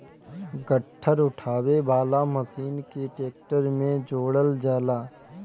गट्ठर उठावे वाला मशीन के ट्रैक्टर में जोड़ल जाला